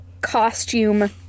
costume